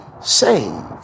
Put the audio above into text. saved